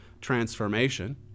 transformation